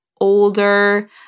older